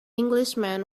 englishman